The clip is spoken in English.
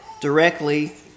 directly